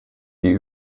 die